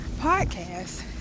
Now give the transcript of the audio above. Podcast